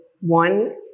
one